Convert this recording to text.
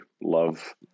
love